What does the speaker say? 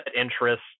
interest